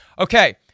Okay